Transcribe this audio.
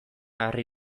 harri